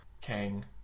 Kang